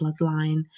bloodline